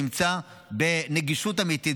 נמצא בנגישות אמיתית,